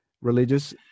Religious